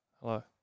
hello